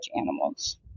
animals